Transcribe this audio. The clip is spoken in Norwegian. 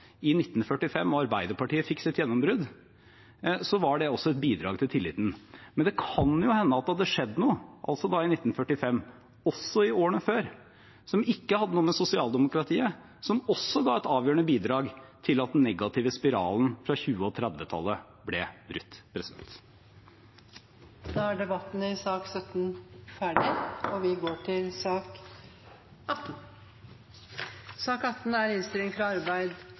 i 1945 og Arbeiderpartiet fikk sitt gjennombrudd, var det også et bidrag til tilliten. Men det kan jo hende at det hadde skjedd noe – altså i 1945 og i årene før – som ikke hadde noe med sosialdemokratiet å gjøre, som også ga et avgjørende bidrag til at den negative spiralen fra 1920- og 1930-tallet ble brutt. Flere har ikke bedt om ordet til sak nr. 17.